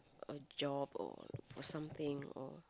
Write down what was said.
a job or for something or